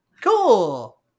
Cool